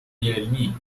علمی